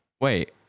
Wait